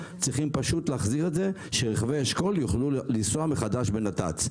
צריך פשוט להחזיר את זה שרכבי אשכול יוכלו לנסוע מחדש בנת"צ.